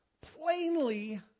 plainly